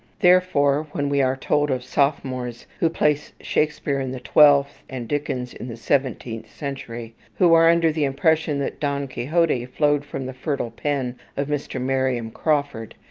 therefore, when we are told of sophomores who place shakespeare in the twelfth, and dickens in the seventeenth century, who are under the impression that don quixote flowed from the fertile pen of mr. marion crawford,